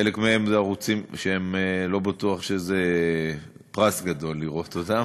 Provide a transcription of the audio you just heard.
חלק מהם זה ערוצים שלא בטוח שזה פרס גדול לראות אותם,